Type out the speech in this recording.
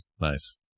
Nice